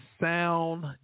sound